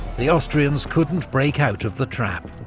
the austrians couldn't break out of the trap.